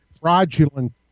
fraudulent